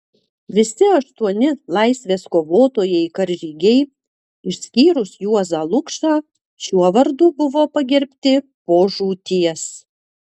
visi aštuoni laisvės kovotojai karžygiai išskyrus juozą lukšą šiuo vardu buvo pagerbti po žūties